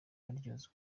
baryozwa